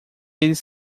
eles